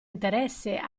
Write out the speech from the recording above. interesse